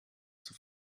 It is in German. zur